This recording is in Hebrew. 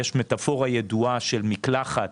יש מטאפורה ידועה של מקלחת